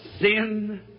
sin